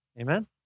Amen